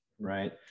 right